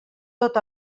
tot